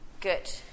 good